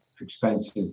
expensive